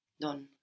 Don